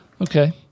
Okay